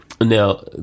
Now